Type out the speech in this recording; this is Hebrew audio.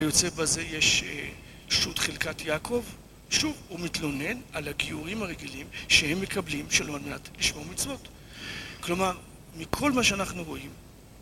יוצא בזה יש שוט חלקת יעקב שוב, הוא מתלונן על הגיורים הרגילים שהם מקבלים של אומנת לשמור מצוות כלומר, מכל מה שאנחנו רואים